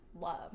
love